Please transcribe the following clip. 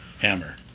Hammer